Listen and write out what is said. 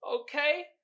Okay